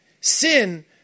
sin